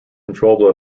controllable